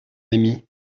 ami